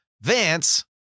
Vance